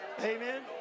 Amen